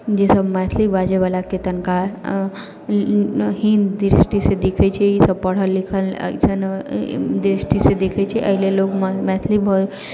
जे सभ मैथिली बाजैवलाके तनिका हीन दृष्टिसँ देखै छै ई सभ पढ़ल लिखल एसन दृष्टिसँ देखै छै एहि लेल लोक मैथिली